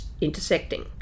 intersecting